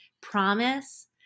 promise